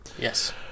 Yes